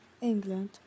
England